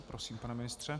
Prosím, pane ministře.